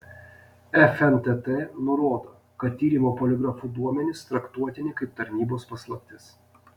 fntt nurodo kad tyrimo poligrafu duomenys traktuotini kaip tarnybos paslaptis